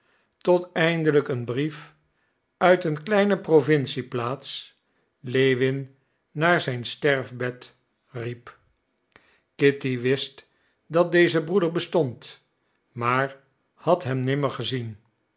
tot eindelijk een brief uit een kleine provincieplaats lewin naar zijn sterfbed riep kitty wist dat deze broeder bestond maar had hem nimmer gezien